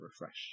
refresh